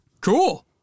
cool